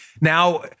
now